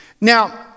Now